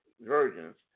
virgins